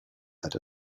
that